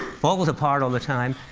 falls apart all the time,